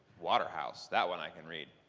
waterhouse. that one i can read.